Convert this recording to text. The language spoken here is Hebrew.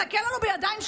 מחכה לנו בידיים שלובות?